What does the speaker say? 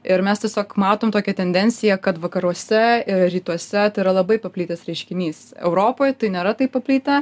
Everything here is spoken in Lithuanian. ir mes tiesiog matom tokią tendenciją kad vakaruose ir rytuose tai yra labai paplitęs reiškinys europoj tai nėra taip paplitę